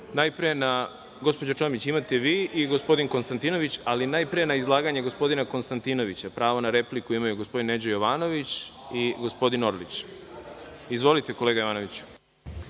gospođo Čomić, imate vi i gospodin Konstantinović, ali najpre na izlaganje gospodina Konstantinovića pravo na repliku imaju gospodin Neđo Jovanović i gospodin Orlić. Izvolite, kolega Jovanoviću.